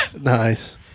Nice